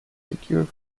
secured